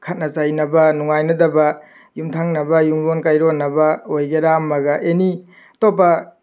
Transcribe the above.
ꯈꯠꯅ ꯆꯩꯅꯕ ꯅꯨꯡꯉꯥꯏꯅꯗꯕ ꯌꯨꯝꯊꯪꯅꯕ ꯌꯨꯝꯂꯣꯟ ꯀꯩꯔꯣꯟꯅꯕ ꯑꯣꯏꯒꯦꯔꯥ ꯑꯃꯒ ꯑꯦꯅꯤ ꯑꯇꯣꯞꯄ